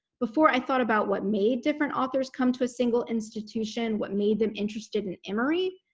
before, i thought about what made different authors come to a single institution, what made them interested in emory,